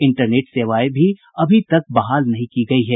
internet सेवायें भी अभी तक बहाल नहीं की गयी है